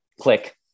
click